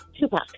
Tupac